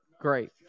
Great